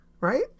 right